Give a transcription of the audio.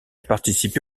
participé